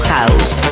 House